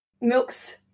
Milk's